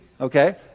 okay